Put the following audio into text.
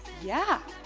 yeah,